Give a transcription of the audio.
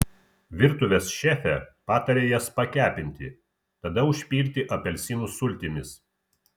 virtuvės šefė pataria jas pakepinti tada užpilti apelsinų sultimis